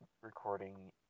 recording